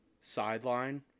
sideline